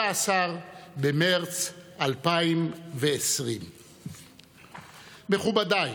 16 במרץ 2020. מכובדיי,